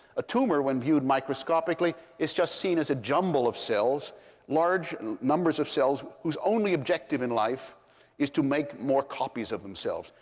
a tumor, when viewed microscopically, is just seen as a jumble of cells large and numbers of cells whose only objective in life is to make more copies of themselves.